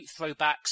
throwbacks